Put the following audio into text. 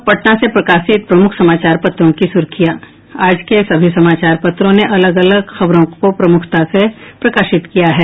अब पटना से प्रकाशित प्रमुख समाचार पत्रों की सुर्खियां आज के सभी समाचार पत्रों ने अलग अलग खबरों को प्रमुखता से प्रकाशित किया है